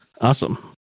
Awesome